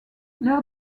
leur